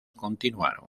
continuaron